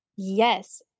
Yes